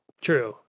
true